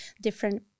different